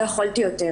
לא יכולתי יותר.